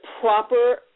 proper